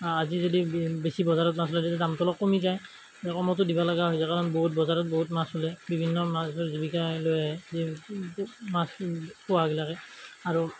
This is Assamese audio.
আজি যদি বে বেছি বজাৰত নাছিলে তেতিয়া দামটো অলপ কমি যায় কমতো দিবা লগা হৈ যায় কাৰণ বহুত বজাৰত বহুত মাছ ওলায় বিভিন্ন মাছৰ জীৱিকা লৈ আহে মাছ পোৱাবিলাকে আৰু